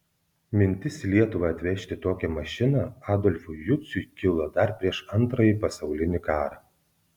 mintis į lietuvą atvežti tokią mašiną adolfui juciui kilo dar prieš antrąjį pasaulinį karą